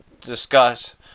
discuss